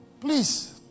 Please